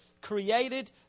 created